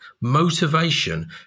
motivation